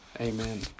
Amen